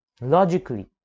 Logically